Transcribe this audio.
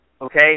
okay